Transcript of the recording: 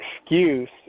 excuse